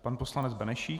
Pan poslanec Benešík.